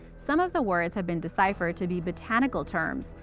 some of the words have been deciphered to be botanical terms,